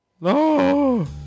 No